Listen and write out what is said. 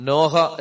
Noha